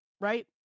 right